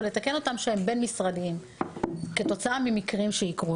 לתקן אותם שהם בין-משרדיים והם כתוצאה ממקרים שיהיו.